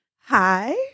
Hi